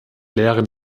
leeren